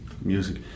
music